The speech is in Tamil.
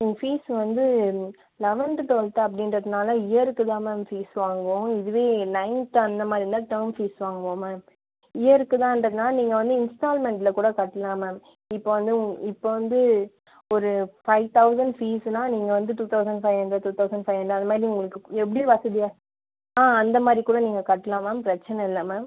ஃபீஸ் வந்து லெவன்த்து டுவெல்த்து அப்படின்றதுனால இயர்க்கு தான் மேம் ஃபீஸ் வாங்குவோம் இதுவே நைன்த் அந்தமாதிரி இருந்தால் டேர்ம் ஃபீஸ் வாங்குவோம் மேம் இயருக்கு தான்றதுனால நீங்கள் வந்து இன்ஸ்டால்மெண்ட்டில கூட கட்டலாம் மேம் இப்போ வந்து உங்க இப்போ வந்து ஒரு ஃபைவ் தௌசண்ட் ஃபீஸுனா நீங்கள் வந்து two thousand five hundred two thousand five hundred அதுமாதிரி நீங்கள் உங்களுக்கு எப்படி வசதியோ ஆ அந்தமாதிரி கூட நீங்கள் கட்டலாம் மேம் பிரச்சனை இல்லை மேம்